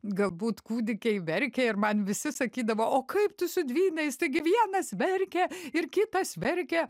galbūt kūdikiai verkia ir man visi sakydavo o kaip tu su dvyniais taigi vienas verkia ir kitas verkia